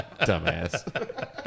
Dumbass